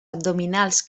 abdominals